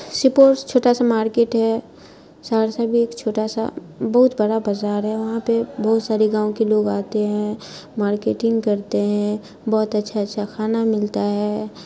سپول چھوٹا سا مارکیٹ ہے سہرسہ بھی ایک چھوٹا سا بہت بڑا بازار ہے وہاں پہ بہت سارے گاؤں کے لوگ آتے ہیں مارکیٹنگ کرتے ہیں بہت اچھا اچھا کھانا ملتا ہے